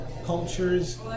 cultures